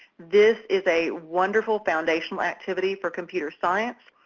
this is a wonderful foundational activity for computer science.